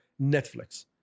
Netflix